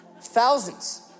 Thousands